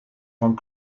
van